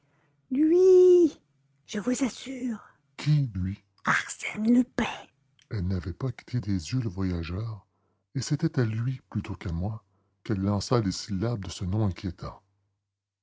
je vous assure qui lui arsène lupin elle n'avait pas quitté des yeux le voyageur et c'était à lui plutôt qu'à moi qu'elle lança les syllabes de ce nom inquiétant